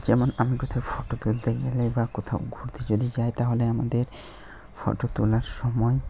যেমন আমি কোথাও ফটো তুলতে গেলে বা কোথাও ঘুরতে যদি যাই তাহলে আমাদের ফটো তোলার সময়